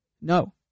no